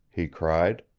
he cried.